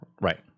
right